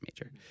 major